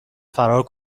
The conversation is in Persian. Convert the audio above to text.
فرار